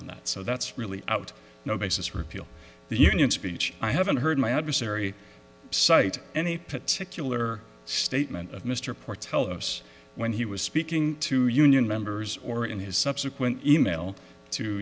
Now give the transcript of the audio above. on that so that's really out no basis repeal the union speech i haven't heard my adversary cite any particular statement of mr ports helos when he was speaking to union members or in his subsequent e mail to